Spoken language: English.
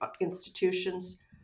institutions